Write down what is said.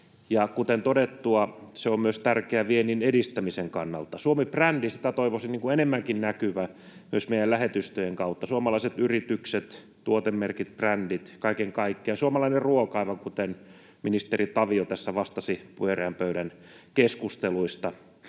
kuten todettua, se on tärkeää myös viennin edistämisen kannalta. Suomi-brändistä toivoisin enemmänkin näkyvää myös meidän lähetystöjen kautta: suomalaiset yritykset, tuotemerkit, brändit kaiken kaikkiaan, suomalainen ruoka, aivan kuten ministeri Tavio tässä vastasi pyöreän pöydän keskusteluista,